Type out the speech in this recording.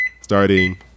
Starting